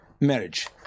marriage